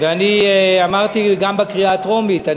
אמרתי גם בקריאה הטרומית,